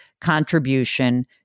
contribution